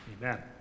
amen